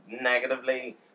negatively